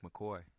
McCoy